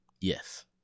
Yes